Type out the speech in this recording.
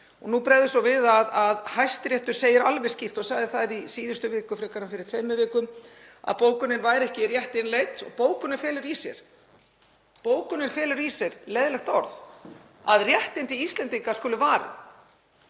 nú bregður svo við að Hæstiréttur segir alveg skýrt og sagði það í síðustu viku frekar en fyrir tveimur vikum að bókunin væri ekki rétt innleidd. Bókunin felur í sér, leiðinlegt orð, að réttindi Íslendingar skuli varin,